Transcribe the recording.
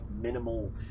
minimal